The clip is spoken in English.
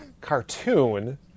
cartoon